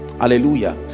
Hallelujah